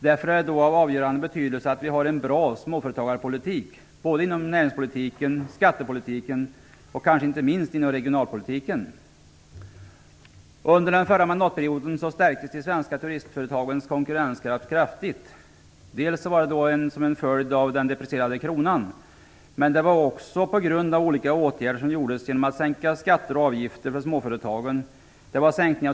Därför är det av avgörande betydelse att vi har en bra småföretagspolitik inom näringspolitiken, skattepolitiken och kanske inte minst regionalpolitiken. Under den förra mandatperioden stärktes de svenska turistföretagens konkurrenskraft kraftigt. Det var delvis som en följd av den deprecierade kronan. Men det var också genom olika åtgärder som vidtogs, t.ex. en sänkning av skatter och avgifter för småföretag.